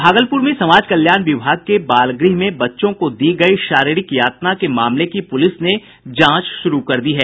भागलपुर में समाज कल्याण विभाग के बाल गृह में बच्चों को दी गई शारीरिक यातना के मामले की पुलिस ने जांच शुरू कर दी है